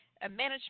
management